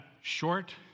short